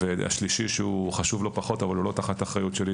השלישי חשוב לא פחות אבל הוא לא תחת אחריותי,